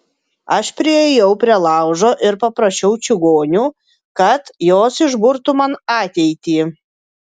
aš priėjau prie laužo ir paprašiau čigonių kad jos išburtų man ateitį